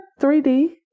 3D